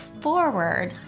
forward